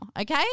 okay